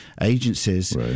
agencies